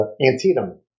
Antietam